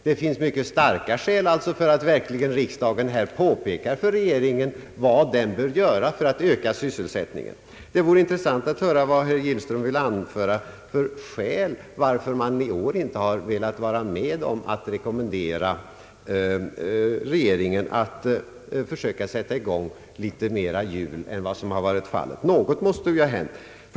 Det finns alltså mycket starka skäl för att riksdagen verkligen påpekar för regeringen vad den bör göra för att öka sysselsättningen. Det vore intressant att höra vilka skäl herr Gillström vill anföra till att man i år inte har velat vara med om att rekommendera regeringen att försöka sätta i gång litet fler hjul än vad som varit fallet. Något måste ju ha hänt.